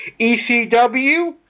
ECW